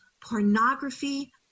pornography